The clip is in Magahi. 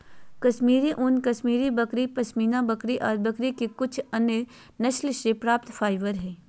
कश्मीरी ऊन, कश्मीरी बकरी, पश्मीना बकरी ऑर बकरी के कुछ अन्य नस्ल से प्राप्त फाइबर हई